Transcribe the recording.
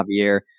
Javier